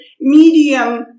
medium